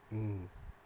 mm